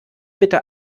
bitte